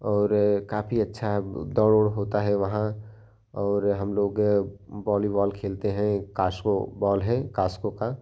और काफ़ी अच्छा दौड़ होता है वहाँ और हम लोग बालीबॉल खेलते हैं काशो बॉल कास्को का